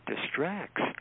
distracts